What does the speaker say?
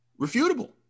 refutable